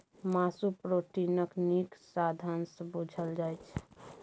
मासु प्रोटीनक नीक साधंश बुझल जाइ छै